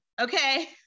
okay